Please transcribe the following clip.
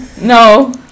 No